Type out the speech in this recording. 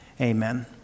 Amen